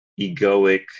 egoic